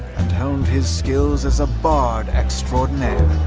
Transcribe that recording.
and honed his skills as a bard extraordinaire.